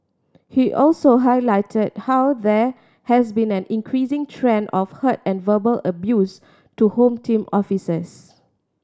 he also highlighted how there has been an increasing trend of hurt and verbal abuse to Home Team offices